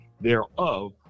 thereof